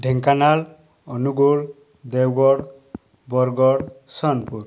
Dhenkanal Angul Deogarh Bargarh Sonepur